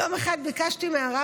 יום אחד ביקשתי מהרב